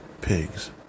pigs